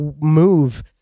move